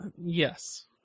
Yes